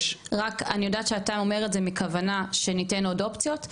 רק אני יודעת שאתה אומר את זה מכוונה שניתן עוד אופציות,